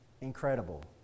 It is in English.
incredible